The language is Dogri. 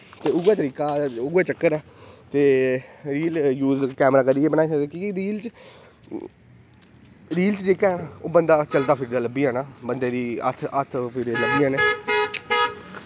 ते इयै तरीका उऐ चक्कर ऐ ते रील यूज़ कैमरा करियै बनाई सकदे की के रील ते रील च जेह्का ओह् बंदा चलदा फिरदा लब्भी जाना बंदे दी हत्थ फिरदे लब्भी जाने